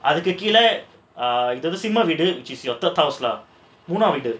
அதுக்கு கீழ இது சிம்ம வீடு:adhukku keela idhu simma veedu which is your third house lah மூணாம் வீடு:moonam veedu